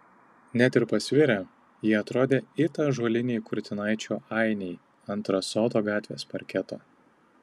net ir pasvirę jie atrodė it ąžuoliniai kurtinaičio ainiai ant rasoto gatvės parketo